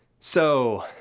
so,